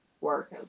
work